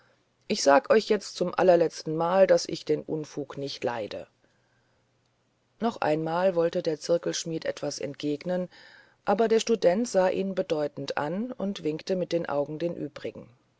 ich sag euch jetzt zum letztenmal daß ich den unfug nicht leide noch einmal wollte der zirkelschmidt etwas entgegnen aber der student sah ihn bedeutend an und winkte mit den augen den übrigen